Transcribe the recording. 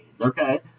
Okay